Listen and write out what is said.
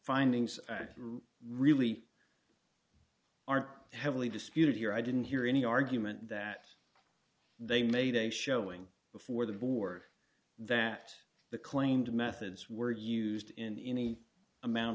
findings and really are heavily disputed here i didn't hear any argument that they made a showing before the board that the claimed methods were used in any amount